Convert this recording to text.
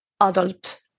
adult